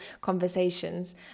conversations